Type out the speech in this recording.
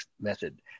method